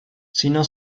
sino